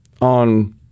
on